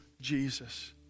Jesus